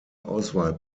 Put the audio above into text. auswahl